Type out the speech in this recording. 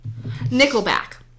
nickelback